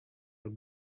are